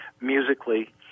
musically